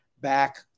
back